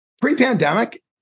Pre-pandemic